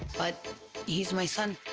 but he's my son.